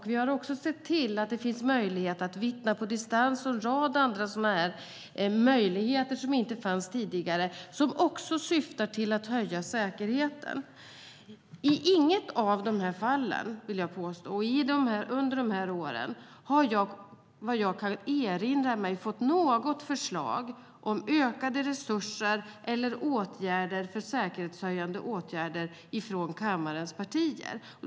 Vi har sett till att det finns möjlighet att vittna på distans och en rad andra möjligheter som inte fanns tidigare och som syftar till att höja säkerheten. I inget av de här fallen har jag, vad jag kan erinra mig, fått något förslag om ökade resurser eller säkerhetshöjande åtgärder från kammarens partier under de här åren.